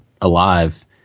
alive